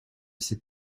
ses